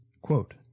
Quote